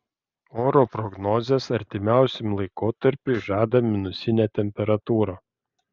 oro prognozės artimiausiam laikotarpiui žada minusinę temperatūrą